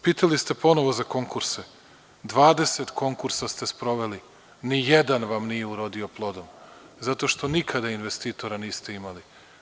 Pitali ste ponovo za konkurse, 20 konkursa ste sproveli, ni jedan vam nije urodio plodom, zato što nikada investitora niste imali.